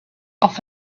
off